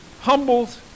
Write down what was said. humbles